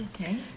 Okay